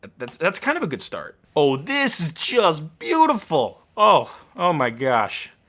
that's that's kind of a good start. oh, this is just beautiful. oh, oh my gosh.